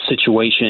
situation